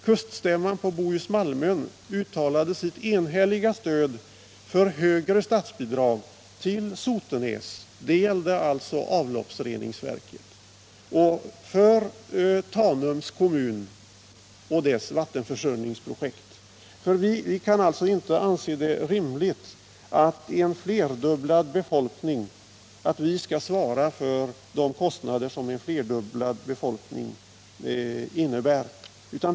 Kuststämman på Bohus Malmön uttalade sitt enhälliga stöd för högre statsbidrag till Sotenäs med anledning av avloppsreningsverket och till Tanum för vattenförsörjningsprojektet. Vi kan alltså inte anse det rimligt att den bofasta befolkningen skall svara för de kostnader som en flerdubblad befolkning medför.